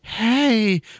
Hey